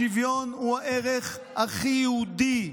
השוויון הוא הערך הכי יהודי,